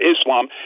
Islam